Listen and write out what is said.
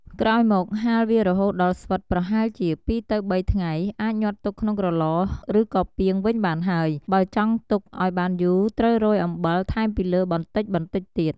ក្រោយមកហាលវារហូតដល់ស្វិតប្រហែលជា ពីរទៅបី ថ្ងៃ អាចញាត់ទុកក្នុងក្រឡឬក៏ពាងវិញបានហើយ បើចង់ទុកឱ្យបានយូរត្រូវរោយអំបិលថែមពីលើបន្តិចៗទៀត។